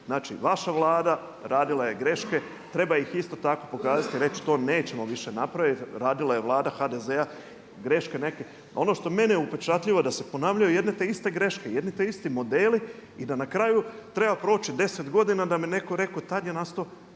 Znači vaša Vlada radila je greške, treba ih isto tako pokazati i reći to nećemo više napraviti, radila je Vlada HDZ-a greške neke. Ono što je meni upečatljivo da se ponavljaju jedno te iste greške, jedno te isti modeli i da na kraju treba proći 10 godina da bi netko rekao tada je nastao